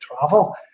travel